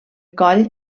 coll